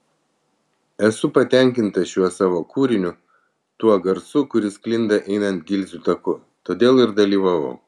esu patenkinta šiuo savo kūriniu tuo garsu kuris sklinda einant gilzių taku todėl ir dalyvavau